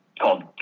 called